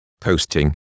posting